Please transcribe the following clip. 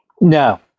No